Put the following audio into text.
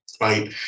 Right